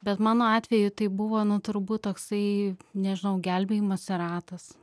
bet mano atveju tai buvo nu turbūt toksai nežinau gelbėjimosi ratas